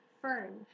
Fern